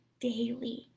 daily